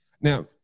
Now